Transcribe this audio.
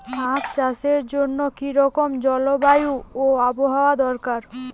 আখ চাষের জন্য কি রকম জলবায়ু ও আবহাওয়া দরকার?